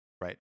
right